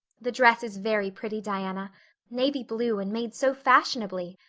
the dress is very pretty, diana navy blue and made so fashionably.